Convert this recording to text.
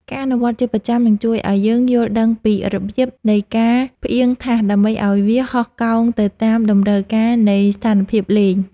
ការអនុវត្តជាប្រចាំនឹងជួយឱ្យយើងយល់ដឹងពីរបៀបនៃការផ្អៀងថាសដើម្បីឱ្យវាហោះកោងទៅតាមតម្រូវការនៃស្ថានភាពលេង។